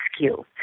rescue